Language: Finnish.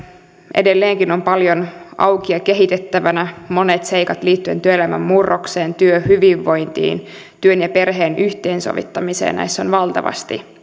edelleenkin on paljon auki ja kehitettävänä monet seikat liittyen työelämän murrokseen työhyvinvointiin työn ja perheen yhteensovittamiseen näissä on valtavasti